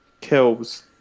kills